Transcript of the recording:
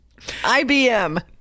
IBM